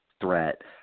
threat